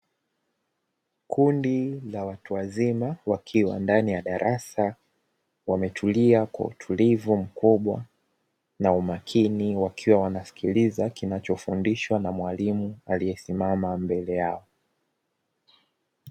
Kundi la watu wazima wakiwa ndani ya darasa, wametulia kwa utulivu mkubwa na umakini wakiwa wanasikiliza kinachofundishwa na mwalimu aliyesimama mbele yao.